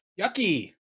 yucky